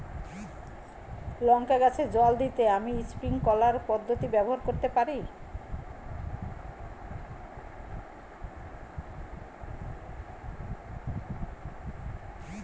লঙ্কা গাছে জল দিতে আমি স্প্রিংকলার পদ্ধতি ব্যবহার করতে পারি?